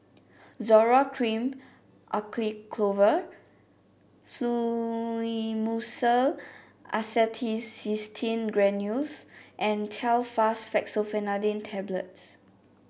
Zoral Cream Acyclovir Fluimucil Acetylcysteine Granules and Telfast Fexofenadine Tablets